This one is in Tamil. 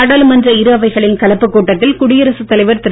நாடாளுமன்ற இரு அவைகளின் கலப்பு கூட்டத்தில் குடியரசுத் தலைவர் திரு